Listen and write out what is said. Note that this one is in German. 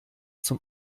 zum